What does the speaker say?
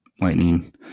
Lightning